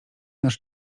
nasz